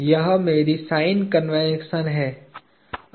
यह मेरी sign convention है